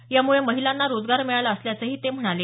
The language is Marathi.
याम्ळे महिलांना रोजगार मिळाला असल्याचंही ते म्हणाले